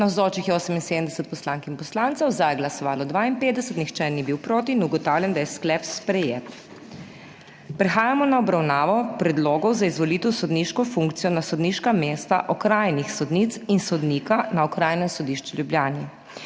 Navzočih je 78 poslank in poslancev, za je glasovalo 52, nihče proti. (Za je glasovalo 52.) (Proti nihče.) Ugotavljam, da je sklep sprejet. Prehajamo na obravnavo Predlogov za izvolitev v sodniško funkcijo na sodniška mesta okrajnih sodnic in sodnika na Okrajnem sodišču v Ljubljani.